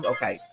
Okay